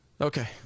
Okay